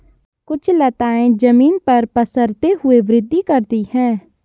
कुछ लताएं जमीन पर पसरते हुए वृद्धि करती हैं